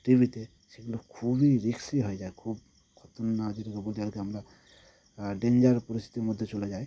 টিভিতে সেগুলো খুবই রিস্কি হয়ে যায় খুব খতরনাক যদি হয়ে যায় তো আমরা ডেঞ্জার পরিস্থিতির মধ্যে চলে যাই